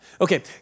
Okay